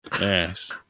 Yes